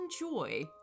enjoy